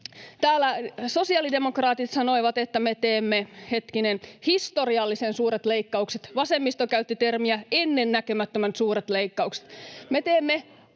täällä sosiaalidemokraatit sanoivat, että me teemme, hetkinen, ”historiallisen suuret leikkaukset”, vasemmisto käytti termiä ”ennennäkemättömän suuret leikkaukset”.